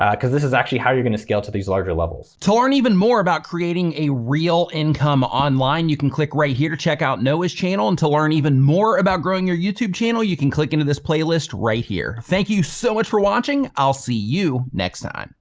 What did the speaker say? ah cause this is actually how you're gonna scale to these larger levels. to learn even more about creating a real income online, you can click right here to check out noah's channel and to learn even more about growing your youtube channel, you can click into this playlist right here. thank you so much for watching. i'll see you next time.